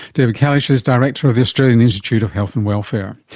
david kalisch is director of the australian institute of health and welfare.